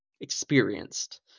experienced